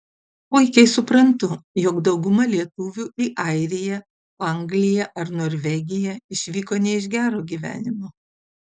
puikiai suprantu jog dauguma lietuvių į airiją angliją ar norvegiją išvyko ne iš gero gyvenimo